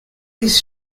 his